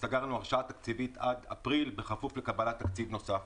סגרנו הרשאה תקציבית עד אפריל כפוף לקבלת תקציב נוסף.